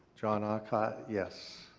john aucott. yes.